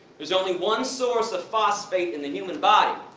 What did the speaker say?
there's only one source of phosphate in the human body,